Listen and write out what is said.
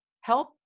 help